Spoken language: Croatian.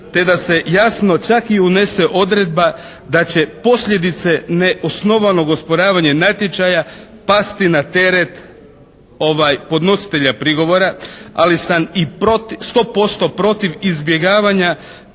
te da se jasno čak i unese odredba da će posljedice neosnovano osporavanog natječaja pasti na teret podnositelja prigovora. Ali sam i 100% protiv izbjegavanja